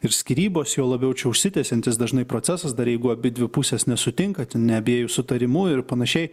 ir skyrybos juo labiau čia užsitęsiantis dažnai procesas dar jeigu abidvi pusės nesutinka ten ne abiejų sutarimu ir panašiai